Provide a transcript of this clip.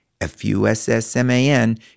F-U-S-S-M-A-N